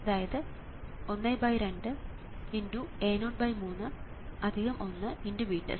അതായത് 12 × A03 1 × VTEST